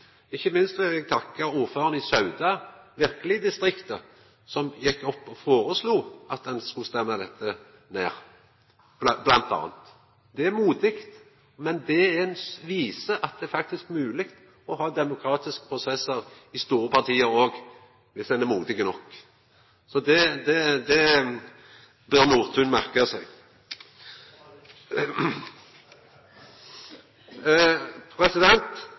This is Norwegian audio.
Ikkje minst vil eg takka ordføraren i Sauda – verkeleg i distriktet – som gjekk opp og foreslo at ein skulle stemma dette ned, bl.a. Det er motig. Men det viser at det faktisk er mogleg å ha demokratiske prosessar i store parti òg viss ein er motig nok. Det bør Nordtun merka seg.